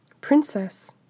Princess